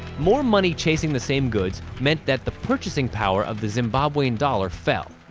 more money chasing the same goods meant that the purchasing power of the zimbabwean dollar fell.